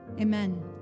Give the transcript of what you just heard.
Amen